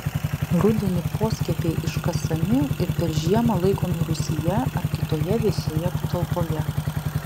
rudenį poskiepiai iškasami ir per žiemą laikomi rūsyje ar kitoje vėsioje patalpoje